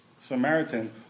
Samaritan